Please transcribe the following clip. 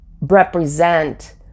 represent